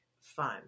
Fun